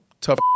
tough